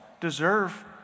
deserve